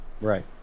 Right